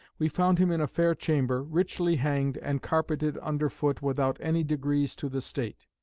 we found him in a fair chamber, richly hanged, and carpeted under foot without any degrees to the state.